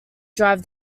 drive